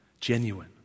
genuine